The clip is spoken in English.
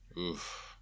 Oof